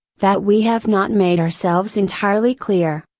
that we have not made ourselves entirely clear,